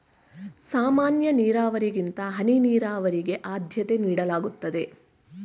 ಸಾಮಾನ್ಯ ನೀರಾವರಿಗಿಂತ ಹನಿ ನೀರಾವರಿಗೆ ಆದ್ಯತೆ ನೀಡಲಾಗುತ್ತದೆ